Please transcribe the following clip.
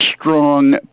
strong